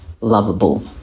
lovable